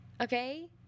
okay